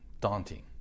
daunting